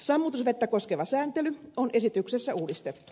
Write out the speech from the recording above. sammutusvettä koskeva sääntely on esityksessä uudistettu